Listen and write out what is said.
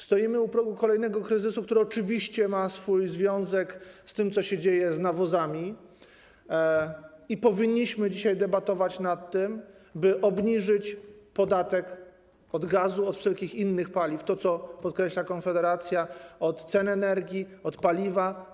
Stoimy u progu kolejnego kryzysu, który oczywiście ma związek z tym, co się dzieje z nawozami, i dzisiaj powinniśmy debatować nad tym, by obniżyć podatek od gazu, od wszelkich innych paliw, co podkreśla Konfederacja, od energii, od paliwa.